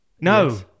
no